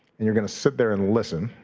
and you're gonna sit there and listen.